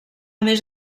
més